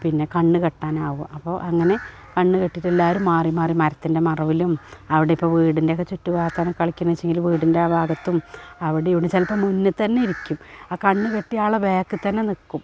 പിന്നെ കണ്ണു കെട്ടാനാകുക അപ്പോൾ അങ്ങനെ കണ്ണു കെട്ടിയിട്ടെല്ലാവരും മാറി മാറി മരത്തിൻ്റെ മറവിലും അവടിപ്പം വീടിൻ്റെയൊക്കെ ചുറ്റു ഭാഗത്താണ് കളിക്കുന്നേച്ചെങ്കിൽ വീടിൻ്റെ ആ ഭാഗത്തും അവിടെ ഇവിടെ ചിലപ്പം മുന്നെതന്നെ ഇരിക്കും ആ കണ്ണു കെട്ടിയാളെ ബേക്കിൽ തന്നെ നിൽക്കും